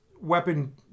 weapon